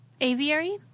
aviary